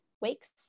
weeks